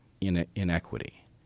inequity